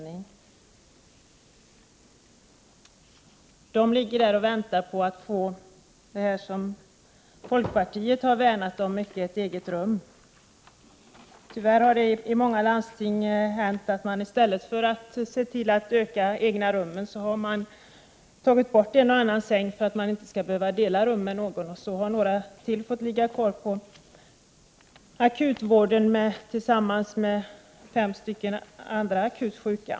De ligger där och väntar på att få det som folkpartiet har värnat om mycket, ett eget rum. Tyvärr har det i många landsting hänt att i stället för att se till att utöka antalet egna rum har man tagit bort en och annan säng, för att ingen skall behöva dela rum med någon annan. Och så har några till fått ligga kvar på akutvården, tillsammans med fem stycken andra, akut sjuka.